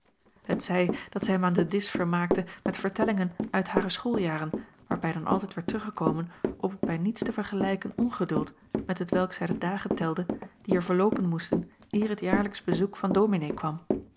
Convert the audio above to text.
t zij dat zij hem aan den disch vermaakte met vertellingen uit hare schooljaren waarbij dan altijd werd teruggekomen op het bij niets te vergelijken ongeduld met hetwelk zij de dagen telde die er verloopen moesten eer het jaarlijksch bezoek van ominee kwam